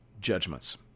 judgments